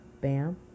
Bam